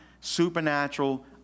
supernatural